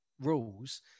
rules